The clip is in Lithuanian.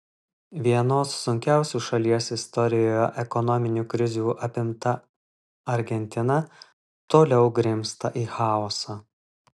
vienos sunkiausių šalies istorijoje ekonominių krizių apimta argentina toliau grimzta į chaosą